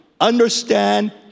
Understand